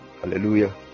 hallelujah